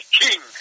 king